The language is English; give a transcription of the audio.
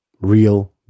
real